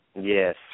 Yes